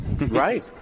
Right